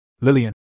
Lillian